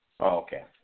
Okay